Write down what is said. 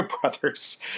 Brothers